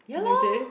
they will say